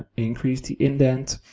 increase the indent.